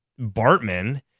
Bartman